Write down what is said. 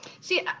See